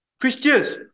Christians